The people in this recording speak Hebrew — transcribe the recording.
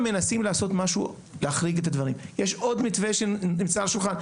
להגיד עשינו את המתמטיקה סיסמה.